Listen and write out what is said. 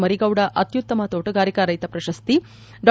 ಮರೀಗೌಡ ಅತ್ಯುತ್ತಮ ತೋಟಗಾರಿಕಾ ರೈತ ಪ್ರಶಸ್ತಿ ಡಾ